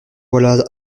voilà